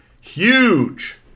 huge